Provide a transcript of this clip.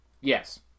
Yes